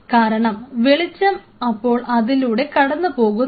കാരണം വെളിച്ചം അപ്പോൾ അതിലൂടെ കടന്നു പോകുന്നില്ല